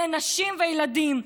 אלה נשים וילדים.